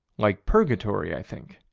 like purgatory, i think.